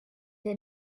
der